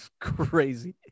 crazy